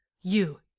You